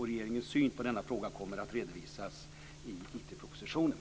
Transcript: Regeringens syn på denna fråga kommer att redovisas i IT-propositionen.